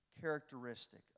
characteristic